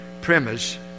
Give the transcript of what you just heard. premise